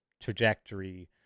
trajectory